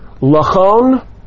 Lachon